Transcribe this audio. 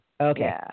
Okay